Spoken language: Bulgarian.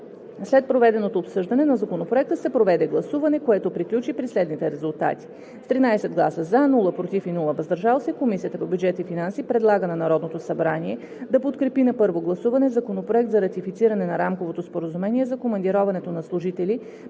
След проведеното обсъждане на Законопроекта се проведе гласуване, което приключи при следните резултати: с 13 гласа „за“, без „против“ и „въздържал се“ Комисията по бюджет и финанси предлага на Народното събрание да подкрепи на първо гласуване Законопроект за ратифициране на Рамковото споразумение за командироването на служители